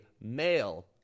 male